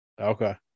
Okay